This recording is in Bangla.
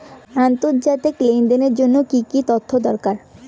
আন্তর্জাতিক লেনদেনের জন্য কি কি তথ্য দরকার?